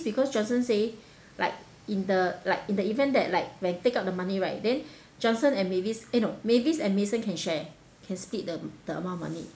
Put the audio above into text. because johnson say like in the like in the event that like when you take out the money right then johnson and mavis eh no mavis and mason can share can split the the amount of money